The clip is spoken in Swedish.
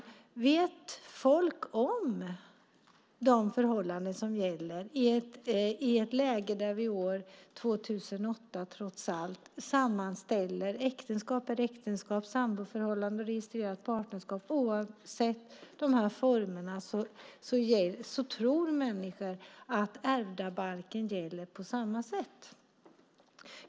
Känner folk till de förhållanden som gäller i ett läge där vi i år, 2008, trots allt likställer äktenskap med samboförhållande och registrerat partnerskap? Oavsett form tror människor att ärvdabalken gäller på samma sätt.